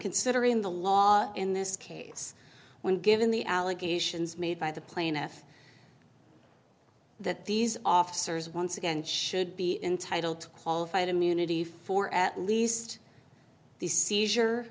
considering the law in this case when given the allegations made by the plaintiff that these officers once again should be entitle to qualified immunity for at least the seizure